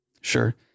Sure